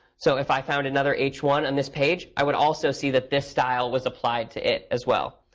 so if i found another h one on this page, i would also see that this style was applied to it as well.